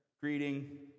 greeting